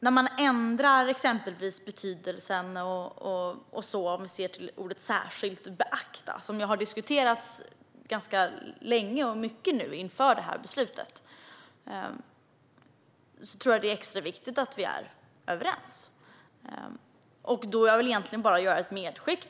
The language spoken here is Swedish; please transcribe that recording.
När man exempelvis ändrar betydelsen av något - om vi ser till formuleringen "särskilt beakta", som har diskuterats ganska länge och mycket inför detta beslut - tror jag att det är extra viktigt att vi är överens. Jag vill egentligen bara göra ett medskick.